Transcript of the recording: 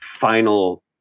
final